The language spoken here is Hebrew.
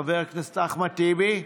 חבר הכנסת אחמד טיבי,